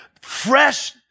fresh